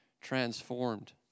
transformed